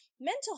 Mental